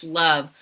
love